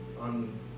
on